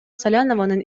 салянованын